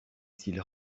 cils